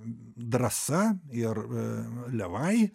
drąsa ir levai